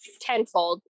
tenfold